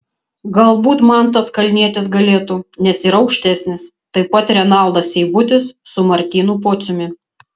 galbūt mantas kalnietis galėtų nes yra aukštesnis taip pat renaldas seibutis su martynu pociumi